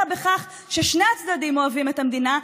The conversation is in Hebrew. בכך ששני הצדדים אוהבים את המדינה,